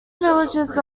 villages